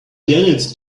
daniels